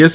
S